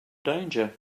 danger